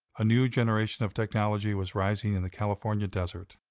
a new generation of technology was rising in the california desert.